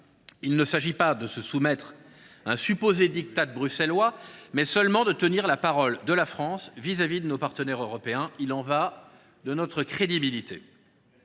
Il ne s’agit pas de se soumettre à un supposé diktat bruxellois ; il s’agit de tenir la parole de la France vis à vis de nos partenaires européens. Il y va de notre crédibilité.